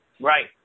Right